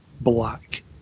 black